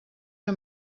que